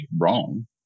wrong